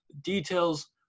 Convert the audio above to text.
details